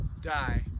die